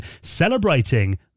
celebrating